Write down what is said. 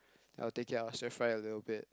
I'll take it I'll stir fry a little bit